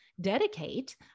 dedicate